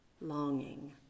longing